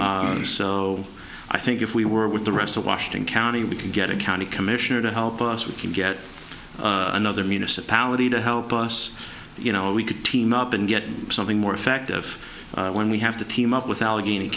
so i think if we were if the rest of washington county we can get a county commissioner to help us we can get another municipality to help us you know we could team up and get something more effective when we have to team up with allegheny